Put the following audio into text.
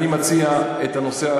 אני מציע את הנושא,